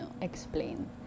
explain